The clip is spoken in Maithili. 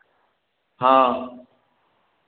हँ